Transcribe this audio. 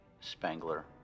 Spangler